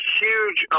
huge